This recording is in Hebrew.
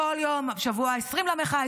בכל יום: השבוע ה-20 למחאה,